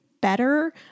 better